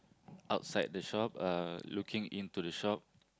outside the shop uh looking into the shop